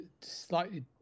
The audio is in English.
slightly